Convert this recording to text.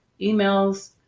emails